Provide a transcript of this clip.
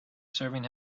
serving